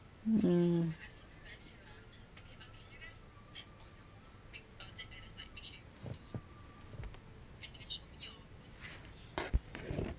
mm